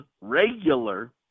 regular